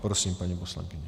Prosím, paní poslankyně.